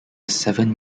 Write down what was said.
seven